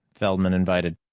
feldman invited.